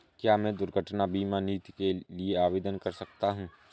क्या मैं दुर्घटना बीमा नीति के लिए आवेदन कर सकता हूँ?